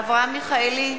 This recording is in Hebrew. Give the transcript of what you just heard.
אברהם מיכאלי,